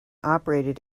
operated